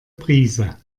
brise